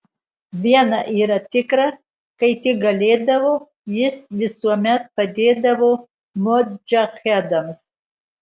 viena yra tikra kai tik galėdavo jis visuomet padėdavo modžahedams